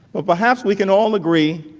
but perhaps we can all agree